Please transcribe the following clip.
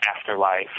Afterlife